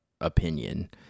opinion